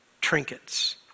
trinkets